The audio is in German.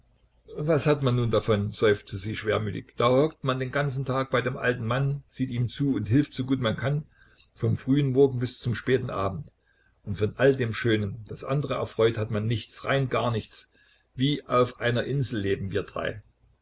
was hat man nun davon seufzte sie schwermütig da hockt man den ganzen tag bei dem alten mann sieht ihm zu und hilft so gut man kann vom frühen morgen bis zum späten abend und von all dem schönen das andere erfreut hat man nichts rein gar nichts wie auf einer insel leben wir drei